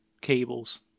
cables